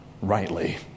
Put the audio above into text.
rightly